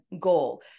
goal